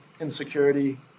insecurity